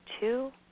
two